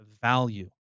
value